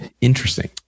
Interesting